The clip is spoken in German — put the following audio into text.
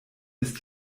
ist